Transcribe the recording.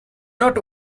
not